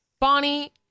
Bonnie